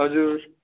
हजुर